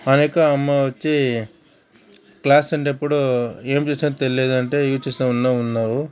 హారిక అమ్మ వచ్చి క్లాస్ అంటేప్పుడు ఏం చూసినావు తెలియలేదంటే ఇవి చూస్తా ఉన్నా ఉన్నావు